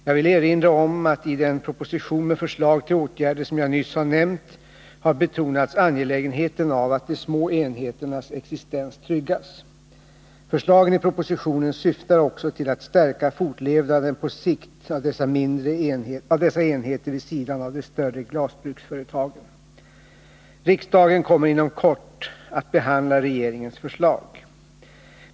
Jag vill erinra om att i den proposition med förslag till åtgärder som jag nyss har nämnt har betonats angelägenheten av att de små enheternas existens tryggas. Förslagen i propositionen syftar också till att stärka fortlevnaden på sikt av dessa enheter vid sidan av de större glasbruksföretagen Riksdagen kommer inom kort att behandla regeringens förslag.